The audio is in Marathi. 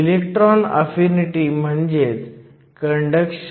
हा प्रश्न म्हणतो की Ec EF हे 0